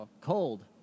Cold